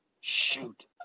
Shoot